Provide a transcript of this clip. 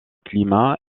climat